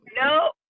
No